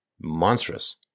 monstrous